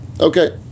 okay